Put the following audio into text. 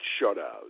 shutout